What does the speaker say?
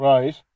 Right